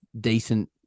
decent